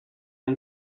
and